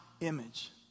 image